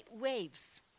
waves